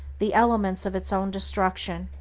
the elements of its own destruction,